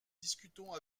discutons